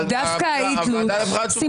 והוועדה לבחירת שופטים